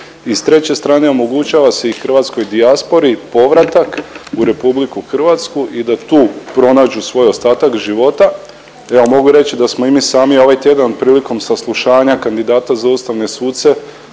i s treće strane omogućava se i hrvatskoj dijaspori povratak u RH i da tu pronađu svoj ostatak život. Ja mogu reći da smo i mi sami ovaj tjedan prilikom saslušanja kandidata za ustavne suce